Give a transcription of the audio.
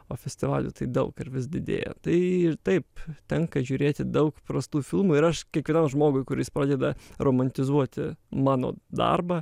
o festivalių tai daug ir vis didėja tai ir taip tenka žiūrėti daug prastų filmų ir aš kiekvienam žmogui kuris pradeda romantizuoti mano darbą